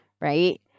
right